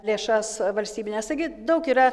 lėšas valstybines taigi daug yra